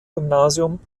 gymnasium